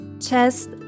chest